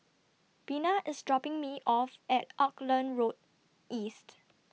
Bina IS dropping Me off At Auckland Road East